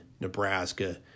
Nebraska